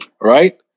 right